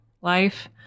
life